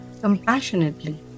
compassionately